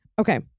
Okay